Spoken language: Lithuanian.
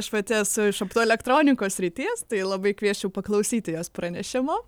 aš pati esu iš optoelektronikos srities tai labai kviesčiau paklausyti jos pranešimo